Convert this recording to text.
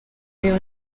uyu